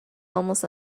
almost